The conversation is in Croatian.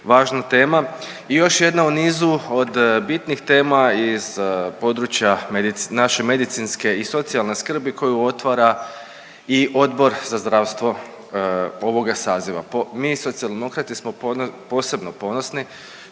i još jedna u nizu od bitnijih tema iz područja medici…, naše medicinske i socijalna skrb i koju otvara i Odbor za zdravstvo ovoga saziva. Mi Socijaldemokrati smo posebno ponosni